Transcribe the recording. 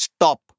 Stop